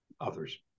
others